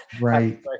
right